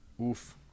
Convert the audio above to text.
Oof